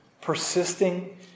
persisting